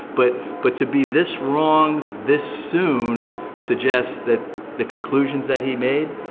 but but to be this wrong this soon suggests that the conclusions that he made